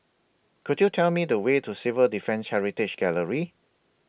Could YOU Tell Me The Way to Civil Defence Heritage Gallery